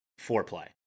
foreplay